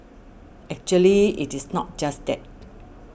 actually it is not just that